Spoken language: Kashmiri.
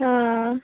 آ